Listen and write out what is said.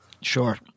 Sure